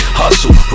hustle